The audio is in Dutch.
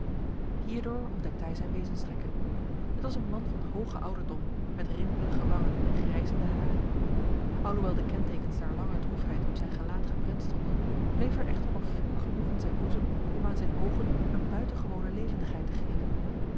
hierdoor ontdekte hij zijn wezenstrekken het was een man van hoge ouderdom met rimpelige wangen en grijzende haren alhoewel de kentekens der lange droefheid op zijn gelaat geprent stonden bleef er echter nog vuur genoeg in zijn boezem om aan zijn ogen een buitengewone levendigheid te geven